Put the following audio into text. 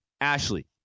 Ashley